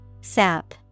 Sap